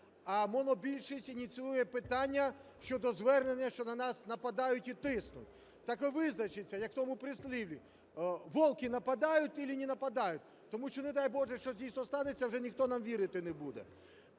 а монобільшість ініціює питання щодо звернення, що на нас нападають і тиснуть. Так ви визначіться, як в тому прислів'ї: волки нападают или не нападают. Тому що, не дай боже, щось, дійсно, станеться, вже ніхто нам вірити не буде.